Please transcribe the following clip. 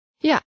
Ja